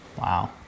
Wow